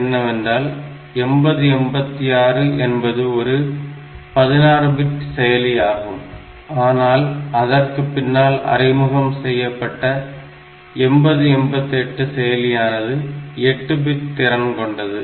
என்னவென்றால் 8086 என்பது ஒரு 16 பிட் செயலி ஆகும் ஆனால் அதற்கு பின்னால் அறிமுகம் செய்யப்பட்ட 8088 செயலியானது 8 பிட் திறன் கொண்டது